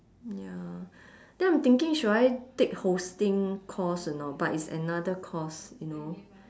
ya then I'm thinking should I take hosting course or not but it's another course you know